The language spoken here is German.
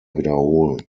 wiederholen